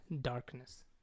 Darkness